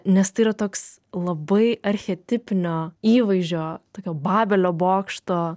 nes tai yra toks labai archetipinio įvaizdžio tokio babelio bokšto